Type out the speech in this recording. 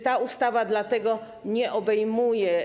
Ta ustawa tego nie obejmuje.